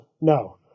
no